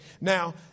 now